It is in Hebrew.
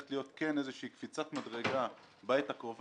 שהולכת להיות איזושהי קפיצת מדרגה בעת הקרובה.